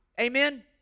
Amen